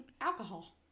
alcohol